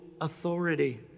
authority